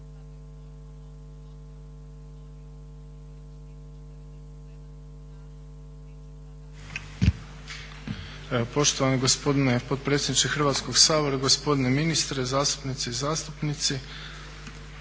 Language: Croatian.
Poštovani gospodine potpredsjedniče Hrvatskog sabora, gospodine ministra, zastupnice i zastupnici.